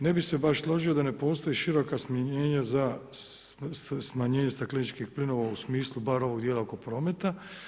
Ne bi se baš složio da ne postoji široka smanjenja za, smanjenje stakleničkih plinova, u smislu bar ovog dijela oko prometa.